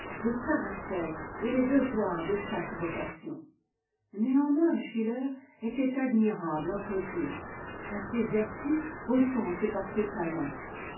le caractère et les devoirs de chaque vocation néanmoins schiller était admirable entre tous par ses vertus autant que par ses talents